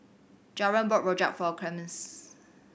Javen bought rojak for Clemens